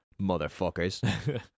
Motherfuckers